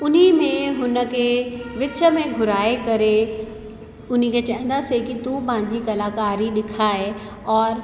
उन्हीअ में हुन खे विच में घुराए करे उन्हीअ खे चवंदासीं कि तू पंहिंजी कलाकारी ॾेखार और